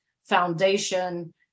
foundation